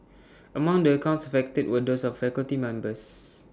among the accounts affected were those of faculty members